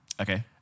Okay